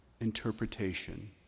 interpretation